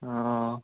অঁ অঁ